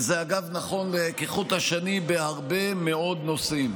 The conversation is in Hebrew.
וזה אגב נכון כחוט השני בהרבה מאוד נושאים.